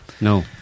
No